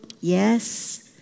Yes